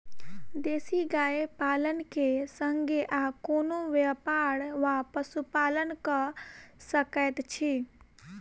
देसी गाय पालन केँ संगे आ कोनों व्यापार वा पशुपालन कऽ सकैत छी?